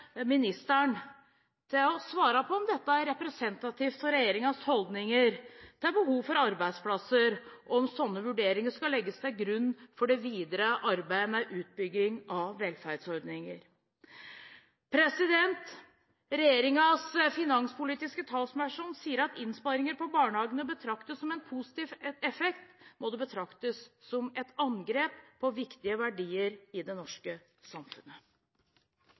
ministeren til å svare på om dette er representativt for regjeringens holdninger til behovet for arbeidsplasser, og om sånne vurderinger skal legges til grunn for det videre arbeidet med utbyggingen av velferdsordninger. Når regjeringens finanspolitiske talsperson sier at innsparinger på barnehagene betraktes som en positiv effekt, må det betraktes som et angrep på viktige verdier i det norske samfunnet.